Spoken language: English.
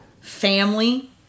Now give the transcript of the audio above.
family